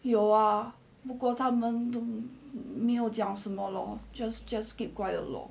有啊不过他们没有讲什么咯 just just keep quiet lor